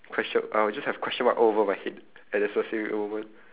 questio~ I'll just have question mark all over my head at the specific moment